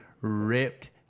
ripped